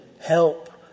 help